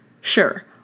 Sure